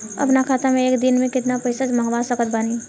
अपना खाता मे एक दिन मे केतना पईसा मँगवा सकत बानी?